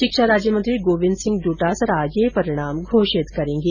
शिक्षा राज्य मंत्री गोविन्द सिंह डोटासरा ये परिणाम घोषित करेंगे